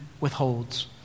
withholds